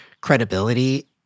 credibility